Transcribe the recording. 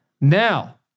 Now